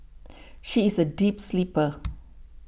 she is a deep sleeper